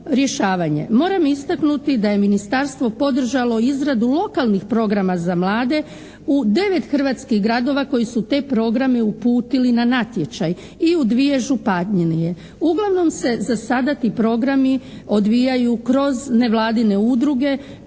rješavanje. Moram istaknuti da je ministarstvo podržalo izradu lokalnih programa za mlade u 9 hrvatskih gradova koji su te programe uputili na natječaj i u 2 županije. Uglavnom se za sada ti programi odvijaju kroz nevladine udruge